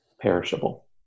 perishable